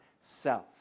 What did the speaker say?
self